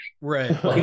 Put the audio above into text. Right